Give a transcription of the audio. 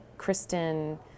Kristen